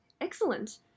excellent